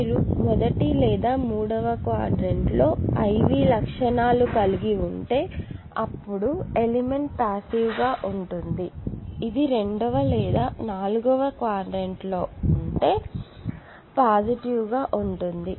మీరు మొదటి లేదా మూడవ క్వాడ్రంట్లో I V లక్షణాలు కలిగి ఉంటే అప్పుడు ఎలిమెంట్ పాసివ్ గా ఉంటుంది ఇది రెండవ లేదా నాల్గవ క్వాడ్రంట్ లో ఉంటే పాజిటివ్ గా ఉంటుంది